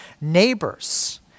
neighbors